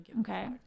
okay